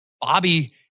Bobby